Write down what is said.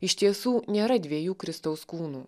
iš tiesų nėra dviejų kristaus kūnų